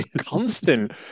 Constant